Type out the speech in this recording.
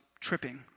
tripping